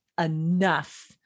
enough